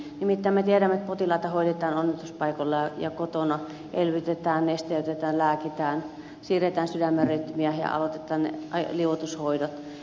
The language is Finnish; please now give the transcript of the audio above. nimittäin me tiedämme että potilaita hoidetaan onnettomuuspaikoilla ja kotona elvytetään nesteytetään lääkitään siirretään sydämen rytmiä ja aloitetaan liuotushoidot